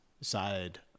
side